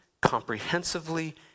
comprehensively